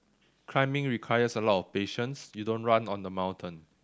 climbing requires a lot of patience you don't run on the mountain